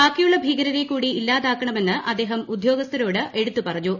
ബാക്കിയുള്ള ഭീകരരെ കൂടി ഇല്ലാതാക്കണമെന്ന് അദ്ദേഹം ഉദ്യോഗസ്ഥരോട് എടുത്തുപറഞ്ഞു